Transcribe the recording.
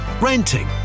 renting